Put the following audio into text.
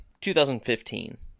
2015